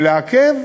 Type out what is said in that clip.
ולעכב,